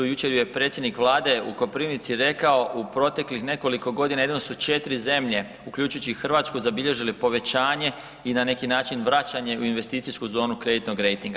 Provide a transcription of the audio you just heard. Jučer je predsjednik Vlade u Koprivnici rekao u proteklih nekoliko godina jedino su 4 zemlje, uključujući i Hrvatsku, zabilježili povećanje i na neki način vraćanje u investicijsku zonu kreditnog rejtiga.